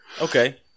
Okay